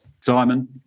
Simon